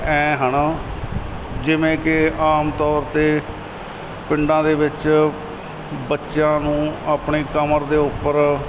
ਐ ਹਨ ਜਿਵੇਂ ਕਿ ਆਮ ਤੌਰ 'ਤੇ ਪਿੰਡਾਂ ਦੇ ਵਿੱਚ ਬੱਚਿਆਂ ਨੂੰ ਆਪਣੀ ਕਮਰ ਦੇ ਉੱਪਰ